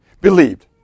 Believed